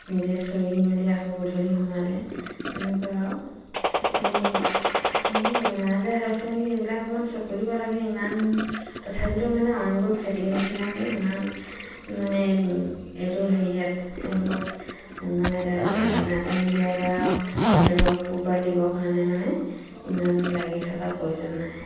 নিজে চৰি মেলি আকৌ গধূলি সোমালে তেনেকুৱা আৰু বেমাৰ আজাৰ হৈছে নেকি এইবিলাক অকণমান চকু দিব লাগে ইমান তথাপিতো মানে অইনবোৰ খেতিৰ নিচিনাকৈ ইমান মানে এইটো হেৰিয়াত এওঁলোকক মানে দানা দানা পানী দিয়া বা এওঁলোকক পোহপাল দিবৰ কাৰণে মানে ইমান লাগি থকাৰ প্ৰয়োজন নাই